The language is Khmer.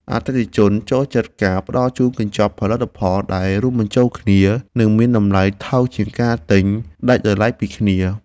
អតិថិជនចូលចិត្តការផ្តល់ជូនកញ្ចប់ផលិតផលដែលរួមបញ្ចូលគ្នា និងមានតម្លៃថោកជាងការទិញដាច់ដោយឡែកពីគ្នា។